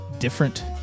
different